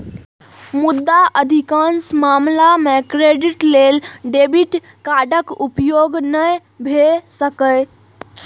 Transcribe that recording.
मुदा अधिकांश मामला मे क्रेडिट लेल डेबिट कार्डक उपयोग नै भए सकैए